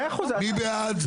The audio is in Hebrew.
מי נגד?